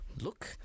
Look